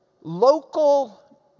local